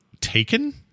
Taken